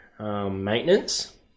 maintenance